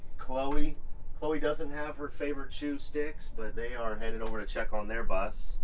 chloe chloe doesn't have her favorite chew sticks. but they are headed over to check on their bus.